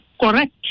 correct